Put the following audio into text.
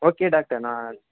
okay doctor நான்